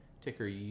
ticker